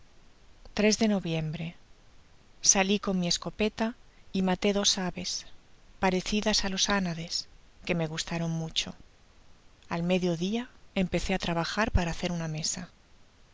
de noviembre sali con mi escopeta y maté dos aves parecidas á los añades que me gustaron mucho al medio dia empecé á trabajar para hacer una mesa